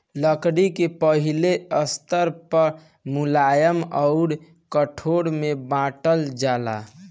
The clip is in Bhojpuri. लकड़ी के पहिले स्तर पअ मुलायम अउर कठोर में बांटल जाला